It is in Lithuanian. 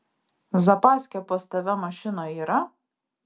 zapaskė pas tave mašinoj yra